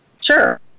Sure